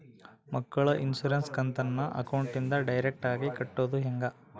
ಮಕ್ಕಳ ಇನ್ಸುರೆನ್ಸ್ ಕಂತನ್ನ ಅಕೌಂಟಿಂದ ಡೈರೆಕ್ಟಾಗಿ ಕಟ್ಟೋದು ಹೆಂಗ?